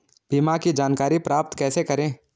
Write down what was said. बीमा की जानकारी प्राप्त कैसे करें?